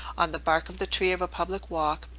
on the bark of the trees of a public walk,